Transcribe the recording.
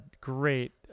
great